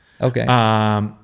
Okay